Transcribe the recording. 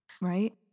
Right